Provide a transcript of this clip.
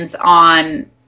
on